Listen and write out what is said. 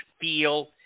feel